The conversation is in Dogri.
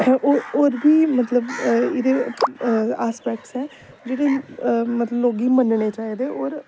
होर बी मतलब एहदे असपेक्टस ऐ जेह्ड़े मतलब लोगें गी मन्नने चाहिदे होर